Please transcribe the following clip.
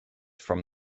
from